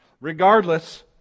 regardless